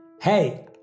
Hey